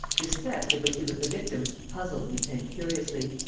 this theft of which he was the victim puzzled lupin curiously.